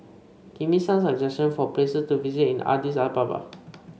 give me some suggestions for places to visit in Addis Ababa